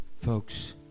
folks